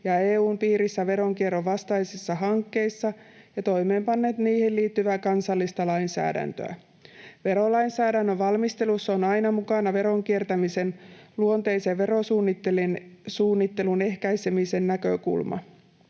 ja EU:n piirissä veronkierron vastaisissa hankkeissa ja toimeenpanneet niihin liittyvää kansallista lainsäädäntöä. Verolainsäädännön valmistelussa on aina mukana veronkiertämisen luonteisen verosuunnittelun ehkäisemisen näkökulma.